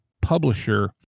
publisher